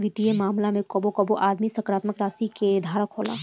वित्तीय मामला में कबो कबो आदमी सकारात्मक राशि के धारक होला